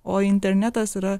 o internetas yra